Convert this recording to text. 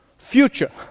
future